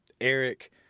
Eric